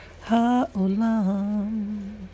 ha'olam